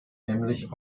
nämlich